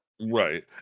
Right